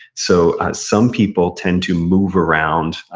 so some people tend to move around,